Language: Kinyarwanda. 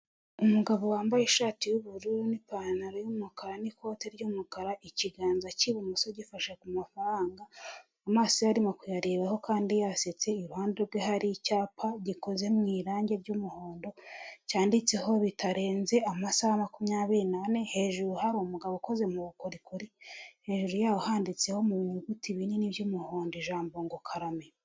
Umugabo wambaye ishati y'ubururu, n'ipantaro y'umukara, n'ikote ry'umukara, ikiganza cy'ibumoso gifashe ku mafaranga, amaso ye arimo kuyarebaho kandi yasetse, iruhande rwe hari icyapa gikoze mu irangi ry'umuhondo, cyanditseho bitarenze amasaha makumyabiri n'ane, hejuru hari umugabo ukoze mu bukorikori, hejuru yaho handitseho mu binyuguti binini by'umuhondo ijambo ngo karame.